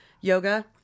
Yoga